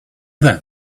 then